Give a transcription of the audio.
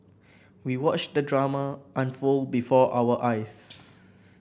we watched the drama unfold before our eyes